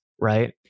right